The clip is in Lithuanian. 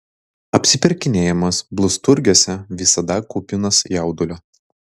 apsipirkinėjimas blusturgiuose visada kupinas jaudulio